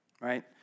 right